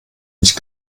nicht